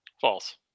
false